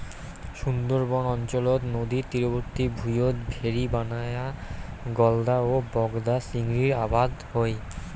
সুন্দরবন অঞ্চলত নদীর তীরবর্তী ভুঁইয়ত ভেরি বানেয়া গলদা ও বাগদা চিংড়ির আবাদ হই